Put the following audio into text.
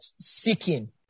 seeking